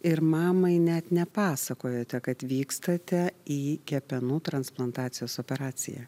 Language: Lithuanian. ir mamai net ne pasakojote kad vykstate į kepenų transplantacijos operaciją